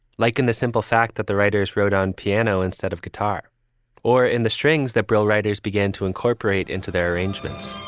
like in the simple fact that the writers wrote on piano instead of guitar or in the strings that brill writers began to incorporate into their arrangements.